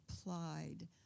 applied